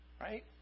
Right